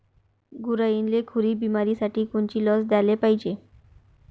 गुरांइले खुरी बिमारीसाठी कोनची लस द्याले पायजे?